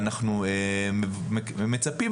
ואנחנו מצפים,